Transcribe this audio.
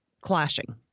clashing